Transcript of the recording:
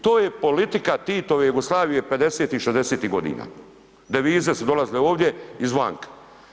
To je politika Titove Jugoslavije '50.-tih, '60-tih godina, devize su dolazile ovdje iz vanka.